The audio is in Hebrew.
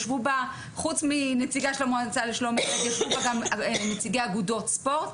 שחוץ מנציגה של המועצה לשלום הילד ישבו בה גם נציגי אגודות ספורט,